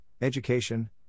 education